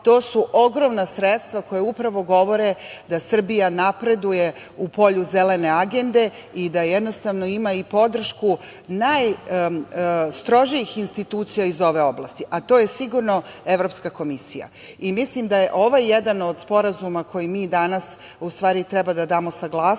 to su ogromna sredstava koja upravo govore da Srbija napreduje u polju zelene agende i da jednostavno ima i podršku najstrožijih institucija iz ove oblasti, a to je sigurno Evropska komisija. Mislim da je jedan od sporazuma za koji mi danas u stvari treba da saglasnost